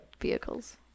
vehicles